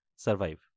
survive